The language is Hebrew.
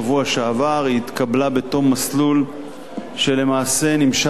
היא התקבלה בתום מסלול שלמעשה נמשך שבע שנים.